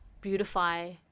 beautify